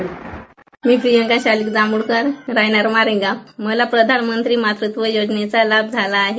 sound bite मी प्रियंका शैलेश जांभूळकर राहणार वारेगाव मला प्रधानमंत्री मातृत्व योजनेचा लाभ झाला आहे